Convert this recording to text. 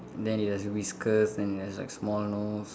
and then it has whiskers and it has like small nose